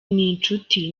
n’inshuti